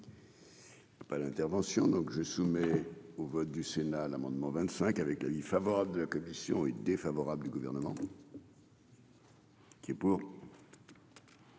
Pas l'intervention donc je soumet au vote du Sénat, l'amendement 25 avec avis favorable de la commission est défavorable du gouvernement. Qui est pour.